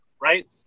right